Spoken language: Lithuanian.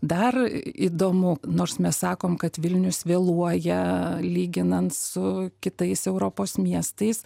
dar įdomu nors mes sakom kad vilnius vėluoja lyginant su kitais europos miestais